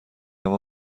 اما